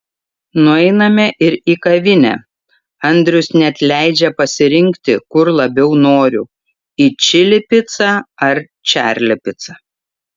nueiname ir į kavinę andrius net leidžia pasirinkti kur labiau noriu į čili picą ar čarli picą